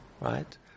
right